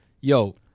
yo